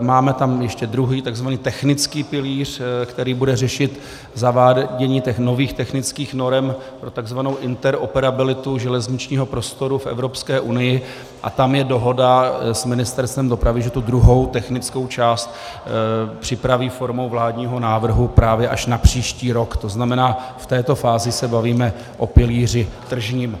Máme tam ještě druhý, takzvaný technický pilíř, který bude řešit zavádění těch nových technických norem pro takzvanou interoperabilitu železničního prostoru v Evropské unii, a tam je dohoda s Ministerstvem dopravy, že tu druhou technickou část připraví formou vládního návrhu právě až na příští rok, to znamená, v této fázi se bavíme o pilíři tržním.